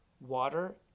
water